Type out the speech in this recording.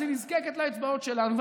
אז היא נזקקת לאצבעות שלנו.